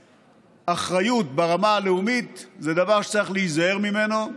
שאחריות ברמה הלאומית זה דבר שצריך להיזהר בו,